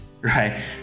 right